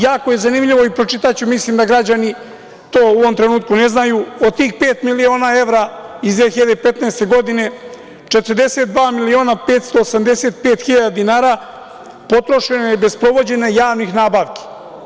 Jako je zanimljivo i pročitaću, mislim da građani to u ovom trenutku ne znaju – od tih pet miliona evra iz 2015. godine 42.585.000 dinara potrošeno je bez sprovođenja javnih nabavki.